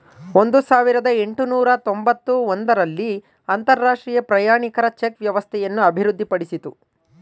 ಒಂದು ಸಾವಿರದ ಎಂಟುನೂರು ತೊಂಬತ್ತ ಒಂದು ರಲ್ಲಿ ಅಂತರಾಷ್ಟ್ರೀಯ ಪ್ರಯಾಣಿಕರ ಚೆಕ್ ವ್ಯವಸ್ಥೆಯನ್ನು ಅಭಿವೃದ್ಧಿಪಡಿಸಿತು